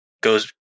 goes